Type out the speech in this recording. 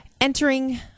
entering